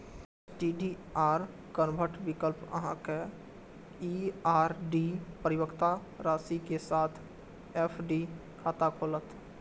STDR convert विकल्प अहांक ई आर.डी परिपक्वता राशि के साथ एफ.डी खाता खोलत